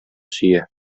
сөя